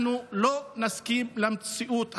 אנחנו לא נסכים למציאות הזו.